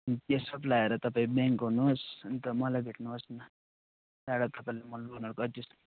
त्यो सब ल्याएर तपाईँ ब्याङ्क आउनुहोस् अन्त मलाई भेट्नुहोस् न त्यहाँबाट तपाईँलाई लोनहरूको एडजस्ट